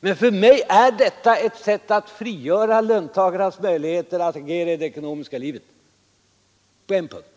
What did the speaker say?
För mig är detta i stället ett sätt att frigöra löntagarnas möjligheter att agera i det ekonomiska livet på den punkten,